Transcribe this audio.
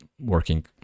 working